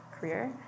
career